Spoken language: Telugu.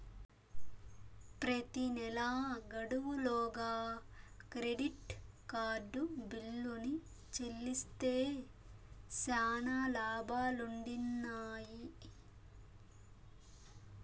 ప్రెతి నెలా గడువు లోగా క్రెడిట్ కార్డు బిల్లుని చెల్లిస్తే శానా లాబాలుండిన్నాయి